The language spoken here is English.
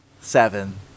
Seven